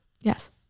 Yes